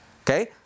okay